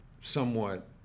somewhat